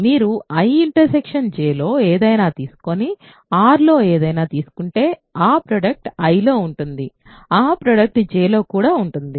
మీరు I Jలో ఏదైనా తీసుకుని Rలో ఏదైనా తీసుకుంటే ఆ ప్రోడక్ట్ Iలో ఉంటుంది ఆ ప్రోడక్ట్ Jలో కూడా ఉంటుంది